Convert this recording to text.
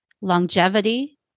longevity